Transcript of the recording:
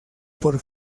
por